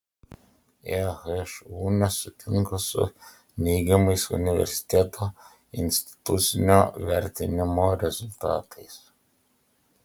ehu nesutinka su neigiamais universiteto institucinio vertinimo rezultatais